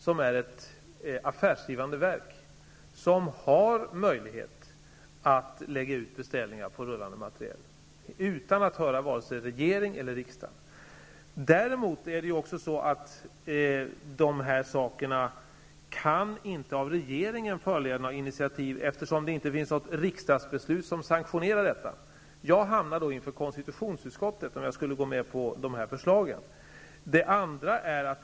Det är ett affärsdrivande verk, som har möjlighet att lägga ut beställningar på rullande materiel utan att höra vare sig regering eller riksdag. Däremot kan dessa frågor inte föranleda regeringen att ta några initiativ, eftersom det inte finns något riksdagsbeslut som sanktionerar något sådant. Om jag gick med på dessa förslag skulle jag hamna inför konstitutionsutskottet.